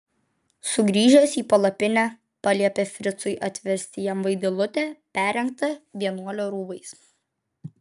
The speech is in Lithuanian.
sugrįžęs į palapinę paliepė fricui atvesti jam vaidilutę perrengtą vienuolio rūbais